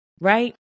right